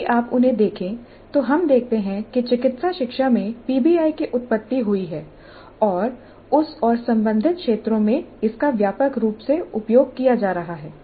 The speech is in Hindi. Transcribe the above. यदि आप उन्हें देखें तो हम देखते हैं कि चिकित्सा शिक्षा में पीबीआई की उत्पत्ति हुई है और उस और संबंधित क्षेत्रों में इसका व्यापक रूप से उपयोग किया जा रहा है